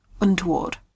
untoward